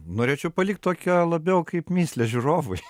norėčiau palikt tokią labiau kaip mįslę žiūrovui